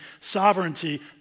sovereignty